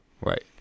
Right